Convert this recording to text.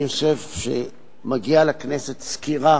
אני חושב שמגיעה לכנסת סקירה